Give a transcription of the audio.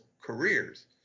careers